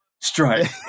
Strike